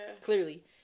clearly